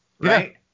right